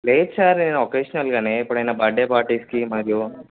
లేదు సార్ నేను అకేషనల్గా ఎప్పుడైనా బర్డే పార్టీస్కి మరియు